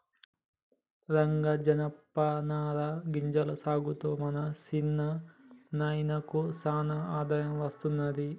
రంగా జనపనార గింజల సాగుతో మా సిన్న నాయినకు సానా ఆదాయం అస్తున్నది